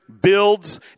builds